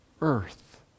earth